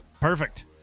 Perfect